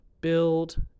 build